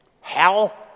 Hell